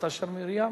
"ותשר מרים".